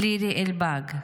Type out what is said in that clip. לירי אלבג,